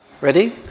ready